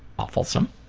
awfulsome.